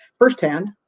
firsthand